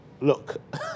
Look